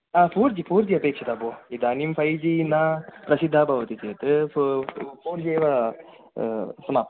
फ़ोर्जि फ़ोर्जि अपेक्षिता भो इदानीं फ़ैजि न रचिता भवति चेत् फ़ोर्जि एव समाप्तं